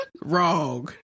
wrong